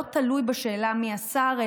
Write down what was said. לא תלוי בשאלה מי השר,